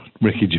Ricky